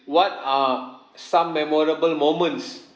what are some memorable moments